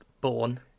born